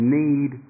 need